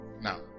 Now